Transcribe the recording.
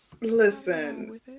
listen